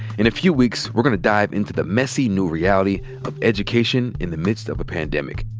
in a few weeks, we're gonna dive into the messy new reality of education in the midst of a pandemic.